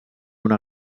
una